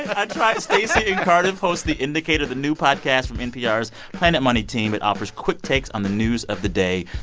i try stacey and cardiff host the indicator, the new podcast from npr's planet money team that offers quick takes on the news of the day.